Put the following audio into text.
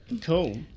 Cool